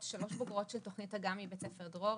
נמצאות איתנו שלוש בוגרות של תוכנית אגם מבית ספר דרור.